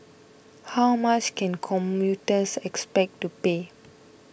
how much can commuters expect to pay